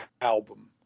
album